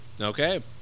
Okay